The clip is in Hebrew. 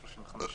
תאמין לי,